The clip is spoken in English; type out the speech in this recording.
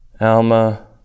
Alma